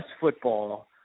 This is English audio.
football